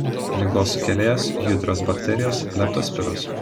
ligos sukėlėjas judrios bakterijos leptospiros